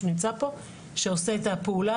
שעושה את הפעולה,